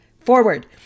forward